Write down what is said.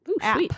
app